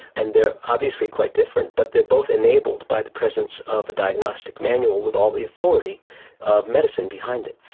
and they are obviously quite different, but they are both enabled by the presence of a diagnostic manual with all the authority of medicine behind it.